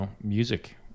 music